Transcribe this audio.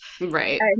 Right